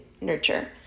nurture